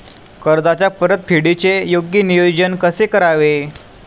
कर्जाच्या परतफेडीचे योग्य नियोजन कसे करावे?